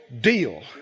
deal